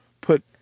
put